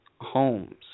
homes